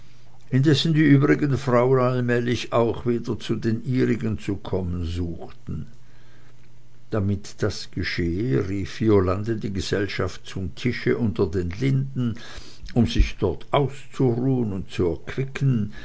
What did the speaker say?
indessen die übrigen frauen allmählich auch wieder zu den ihrigen zu kommen suchten damit das geschehe rief violande die gesellschaft zum tische unter den linden um sich dort auszuruhen und zu